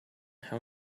how